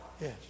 Yes